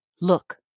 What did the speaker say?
Look